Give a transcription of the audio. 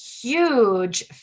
huge